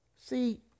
see